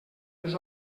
les